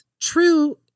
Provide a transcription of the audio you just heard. true